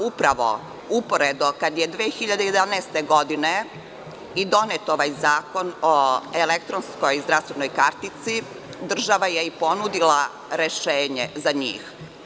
Upravo, uporedo, kada je 2011. godine i donet ovaj Zakon o elektronskoj zdravstvenoj kartici, država je i ponudila rešenje za njih.